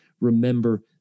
remember